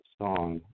song